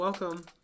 Welcome